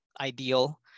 ideal